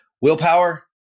Willpower